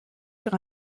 sur